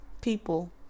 People